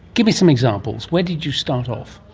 give me some examples. where did you start off?